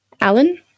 Alan